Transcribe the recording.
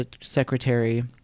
secretary